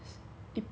一百